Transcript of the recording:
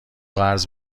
قرض